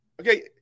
Okay